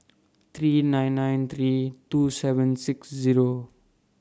three nine nine three two seven six Zero